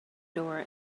door